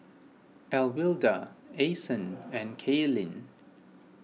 Alwilda Ason and Cailyn